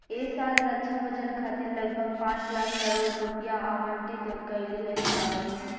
ऐ साल रक्षा बजट खातिर लगभग पाँच लाख करोड़ रुपिया आवंटित कईल गईल बावे